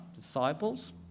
disciples